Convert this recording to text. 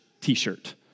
t-shirt